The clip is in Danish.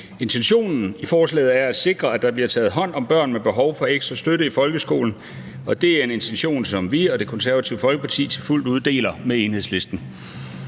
Intentionen i forslaget er at sikre, at der bliver taget hånd om børn med behov for ekstra støtte i folkeskolen, og det er en intention, som vi og Det Konservative Folkeparti fuldt ud deler med Enhedslisten.